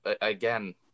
again